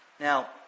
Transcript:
Now